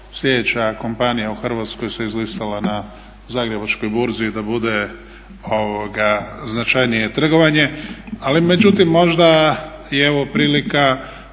sljedeća kompanija u Hrvatskoj se izlistala na Zagrebačkoj burzi da bude značajnije trgovanje. Međutim, možda je evo prilika